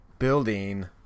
Building